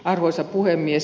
arvoisa puhemies